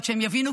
עד שהם יבינו.